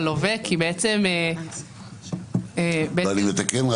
ללווה --- אני מתקן.